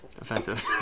Offensive